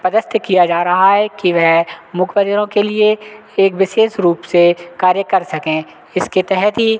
पदस्थ किया जा रहा है कि वह मुख बधिरों के लिए एक विशेष रूप से कार्य कर सकें इसके तहत ही